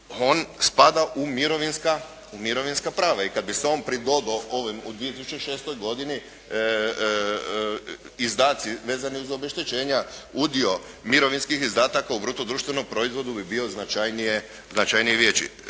on spada u mirovinska prava. I kad bi se on pridodao ovim u 2006. godini izdaci vezani uz obeštećenja udio mirovinskih izdataka u bruto društvenom proizvodu bi bio značajnije veći.